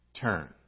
turn